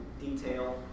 detail